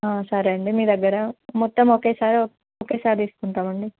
సరే అండి మీ దగ్గర మొత్తం ఒకేసారి ఒకేసారి తీసుకుంటామండి